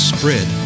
Spread